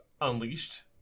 Unleashed